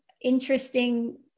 interesting